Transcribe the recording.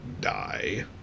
die